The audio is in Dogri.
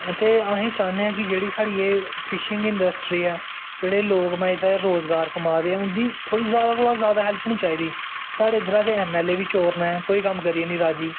ते असीं चाह्न्ने आं के जेह्ड़ी साढ़ी एह् फिशिंग इंडस्ट्री ऐ जेह्ड़े लोग माय इत्थै रोज़गार कमा दे ऐं उं'दी थोह्ड़ी जादा कोला दा जादा हैल्प निं चाहिदी साढ़े इद्धरा दे ऐम ऐल ए बी चोर न कोई कम्म करियै निं राज़ी